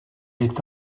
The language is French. est